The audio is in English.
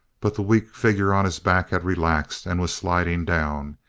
but the weak figure on his back had relaxed, and was sliding down.